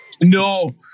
No